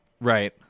Right